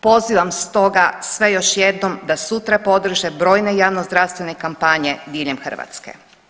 Pozivam stoga sve još jednom da sutra podrže brojne javnozdravstvene kampanje diljem Hrvatske.